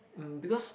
um because